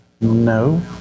No